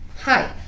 Hi